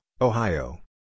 Ohio